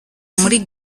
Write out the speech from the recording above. muri